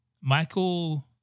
Michael